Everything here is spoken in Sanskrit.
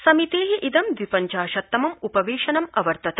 समितेः इदंद्विपञ्चाशततमम् उपवेशनम् अवर्तत